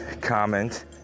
comment